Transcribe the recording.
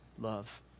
love